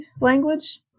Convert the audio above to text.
language